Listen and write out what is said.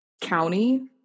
county